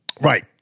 Right